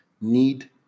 need